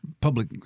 public